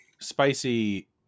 spicy